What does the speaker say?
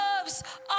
loves